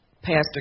Pastor